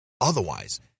otherwise